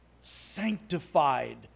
sanctified